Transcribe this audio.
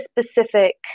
specific